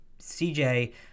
CJ